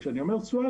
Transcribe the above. כאשר אני אומר תשואה,